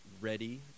ready